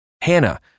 Hannah